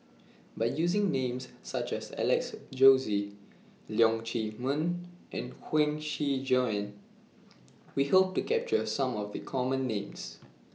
By using Names such as Alex Josey Leong Chee Mun and Huang Shiqi Joan We Hope to capture Some of The Common Names